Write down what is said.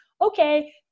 okay